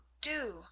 do